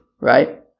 right